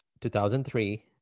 2003